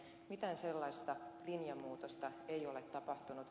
mitään sellaista linjamuutosta ei ole tapahtunut